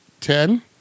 ten